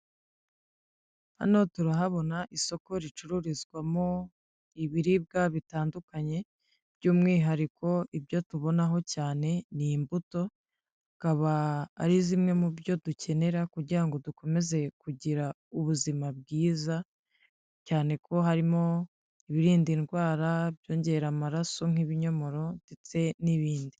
Hano turahabona isoko ricururizwamo ibiribwa bitandukanye, by'umwihariko ibyo tubonaho cyane ni imbuto, akaba ari zimwe mu byo dukenera kugira ngo dukomeze kugira ubuzima bwiza, cyane ko harimo ibirinda indwara, ibyongera amaraso nk'ibinyomoro ndetse n'ibindi.